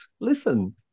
Listen